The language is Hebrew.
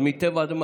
מטבע הדברים,